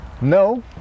No